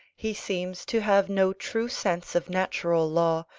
he seems to have no true sense of natural law,